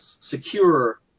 secure